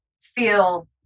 feel